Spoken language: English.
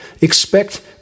expect